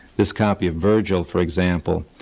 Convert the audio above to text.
this copy of vergil, for example,